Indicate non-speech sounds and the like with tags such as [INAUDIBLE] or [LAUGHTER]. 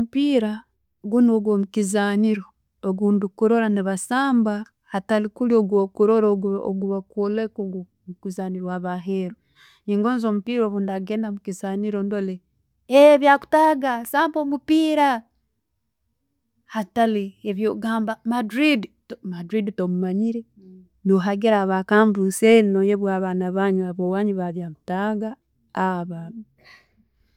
Omupiira gunno ogwo mukizaniro gwendukurora ne basamba hatali guli kwebakwoleka aba kusanira abaheeru. Ningoza omupiira bwendagenda omukizaniiro ndore, eeh byakutuga, samba omupiira hatali ebyo'gamba madrid, madrid tomumanyire, no hagira aba [UNINTELLIGIBLE] abowanyu ba byakutaga, aba'bo.